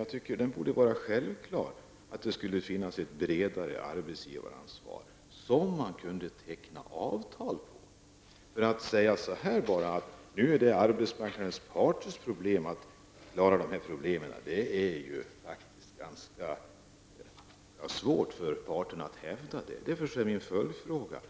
Jag tycker att det borde vara självklart att det skulle finnas ett bredare arbetsgivaransvar som man kunde teckna avtal om. Om man bara säger att det är arbetsmarknadens parter som skall klara ut dessa problem, blir det ju faktiskt ganska svårt för dem att hävda detta. Därför blir min följdfråga: